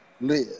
live